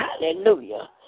Hallelujah